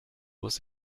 muss